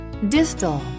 Distal